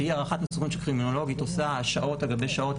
שהיא הערכת מסוכנות שקרימינולוגית עושה שעות על גבי שעות,